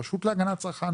הרשות להגנת הצרכן,